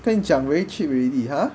跟你讲 cheap already !huh!